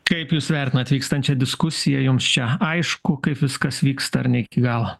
kaip jūs vertinat vykstančią diskusiją jums čia aišku kaip viskas vyksta ar ne iki galo